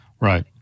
Right